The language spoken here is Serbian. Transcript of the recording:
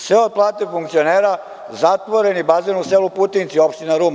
Sve od plate funkcionera zatvoreni bazen u selu Putinci, opština Ruma.